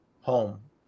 home